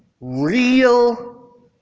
real